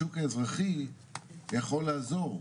השוק האזרחי יכול לעזור,